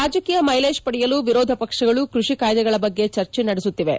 ರಾಜಕೀಯ ಮೈಲೇಜ್ ಪಡೆಯಲು ವಿರೋಧ ಪಕ್ಷಗಳು ಕೃಷಿ ಕಾಯ್ಲೆಗಳ ಬಗ್ಗೆ ಚರ್ಚೆ ನಡೆಸುತ್ತಿವೆ